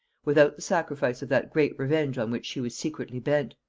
without the sacrifice of that great revenge on which she was secretly bent.